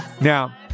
Now